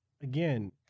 again